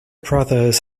brothers